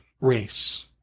race